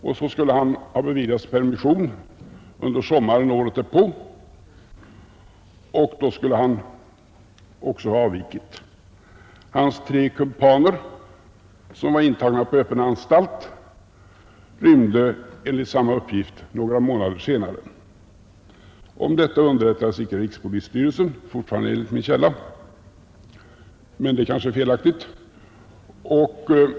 Sedan skulle han ha beviljats permission under sommaren därpå och då skulle han också ha avvikit. Hans tre kumpaner, som var intagna på öppen anstalt, rymde — enligt samma uppgift — några månader senare. Om detta underrättades inte rikspolisstyrelsen — fortfarande enligt min källa, men dess uppgifter kanske är felaktiga.